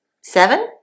Seven